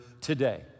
today